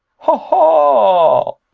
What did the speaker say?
hah! hah!